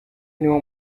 niwo